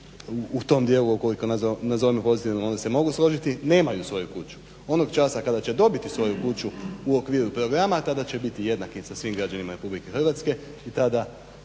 u tom dijelu ukoliko nazovemo pozitivnom onda se mogu složiti nemaju svoju kuću. Onog časa kada će dobiti svoju kuću u okviru programa tada će biti jednaki sa svim građanima Republike Hrvatske i tada